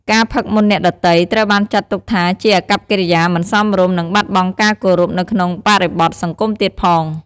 ការផឹកមុនអ្នកដទៃ ត្រូវបានចាត់ទុកថាជាអាកប្បកិរិយាមិនសមរម្យ និងបាត់បង់ការគោរពនៅក្នុងបរិបទសង្គមទៀតផង។